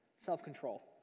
Self-control